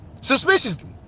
suspiciously